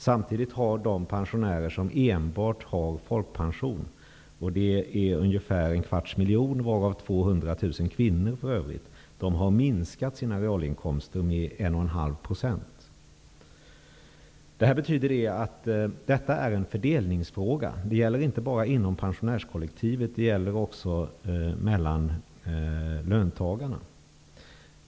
Samtidigt har de pensionärer som enbart har folkpension -- ungefär en kvarts miljon, varav 200 000 kvinnor -- minskat sina realinkomster med 1,5 %. Detta är alltså en fördelningsfråga, som gäller inte bara inom pensionärskollektivet utan också inom löntagarkollektivet.